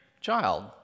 child